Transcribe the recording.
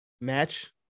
match